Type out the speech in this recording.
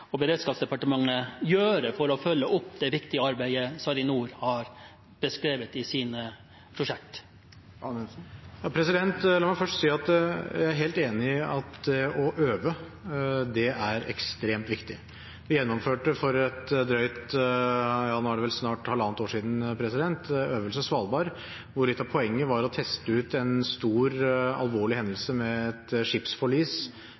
og beredskapsdepartementet gjøre for å følge opp det viktige arbeidet SARiNOR har beskrevet i sine prosjekt? La meg først si at jeg er helt enig i at det å øve er ekstremt viktig. Vi gjennomførte for drøyt halvannet år siden Øvelse Svalbard, hvor litt av poenget var å teste ut en stor og alvorlig hendelse med et skipsforlis